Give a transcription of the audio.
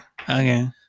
Okay